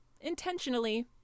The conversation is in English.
intentionally